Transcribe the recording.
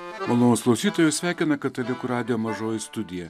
malonūs klausytojai jus sveikina katalikų radijo mažoji studija